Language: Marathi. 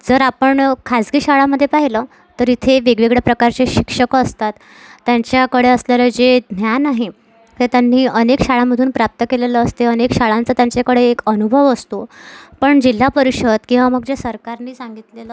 जर आपण खाजगी शाळांमध्ये पाहिलं तर इथे वेगवेगळ्या प्रकारचे शिक्षक असतात त्यांच्याकडे असलेलं जे ज्ञान आहे ते त्यांनी अनेक शाळांमधून प्राप्त केलेलं असते अनेक शाळांचं त्यांच्याकडे एक अनुभव असतो पण जिल्हा परिषद किंवा मग जे सरकारने सांगितलेलं